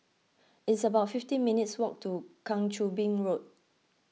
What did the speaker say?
it's about fifty minutes' walk to Kang Choo Bin Road